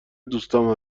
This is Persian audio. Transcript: دوستام